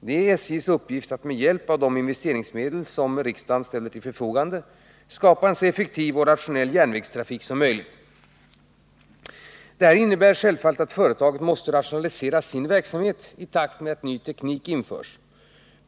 Det är SJ:s uppgift att med hjälp av de investeringsmedel som ställs till förfogande skapa en så effektiv och rationell järnvägstrafik som möjligt. Detta innebär självfallet att företaget måste rationalisera sin verksamhet i takt med att ny teknik införs.